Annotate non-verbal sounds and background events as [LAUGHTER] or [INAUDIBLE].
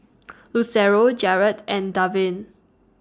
[NOISE] Lucero Jared and Darvin